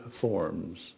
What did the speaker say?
forms